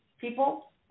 people